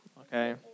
Okay